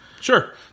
Sure